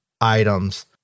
items